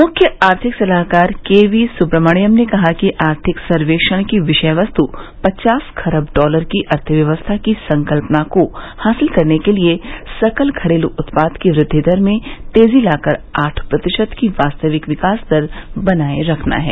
मुख्य आर्थिक सलाहकार के वी सुब्रमण्यन ने कहा है कि आर्थिक सर्वेक्षण की विषय वस्तु पचास खरब डॉलर की अर्थव्यवस्था की संकल्पना को हासिल करने के लिए सकल घरेलू उत्पाद की वृद्धि दर में तेजी लाकर आठ प्रतिशत की वास्तविक विकास दर बनाए रखना है